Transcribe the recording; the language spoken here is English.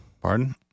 Pardon